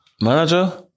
Manager